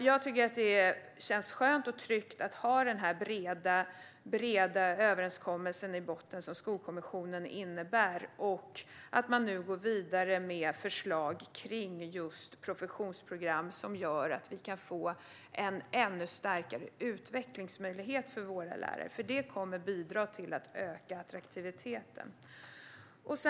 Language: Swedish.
Jag tycker att det känns skönt och tryggt att ha den här breda överenskommelsen som Skolkommissionen innebär i botten och att man nu går vidare med förslag kring just professionsprogram som gör att vi kan få en ännu starkare utvecklingsmöjlighet för våra lärare. Det kommer att bidra till att öka attraktiviteten.